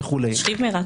'שכיב מרע',